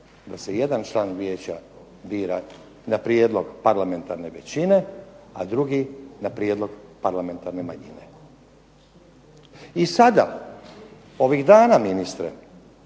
da se jedan član vijeća bira na prijedlog parlamentarne većine a drugi na prijedlog parlamentarne manjine. I sada ovih dana ministre